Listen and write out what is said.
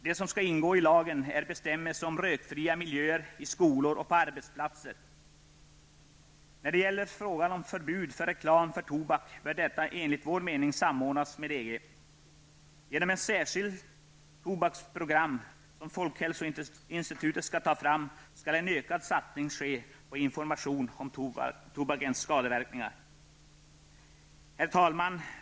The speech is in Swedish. Det som skall ingå i lagen är bestämmelser om rökfria miljöer i skolor och på arbetsplatser. När det gäller frågan om förbud för reklam för tobak bör detta enligt vår mening samordnas med EG. Genom ett särskilt tobaksprogram som folkhälsoinstitutet skall ta fram, skall en ökad satsning ske på information om tobakens skadeverkningar. Herr talman!